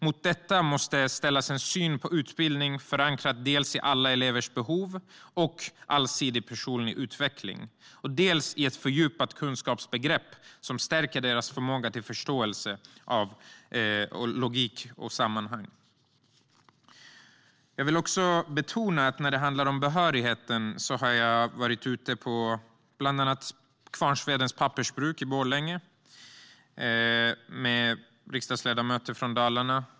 Mot detta måste ställas en syn på utbildning som är förankrad dels i alla elevers behov och allsidig personlig utveckling, dels i ett fördjupat kunskapsbegrepp som stärker elevernas förmåga till förståelse för logik och sammanhang. Jag vill också betona något när det handlar om behörigheten. Jag har bland annat varit på Kvarnsvedens pappersbruk i Borlänge med riksdagsledamöter från Dalarna.